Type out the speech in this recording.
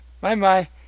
Bye-bye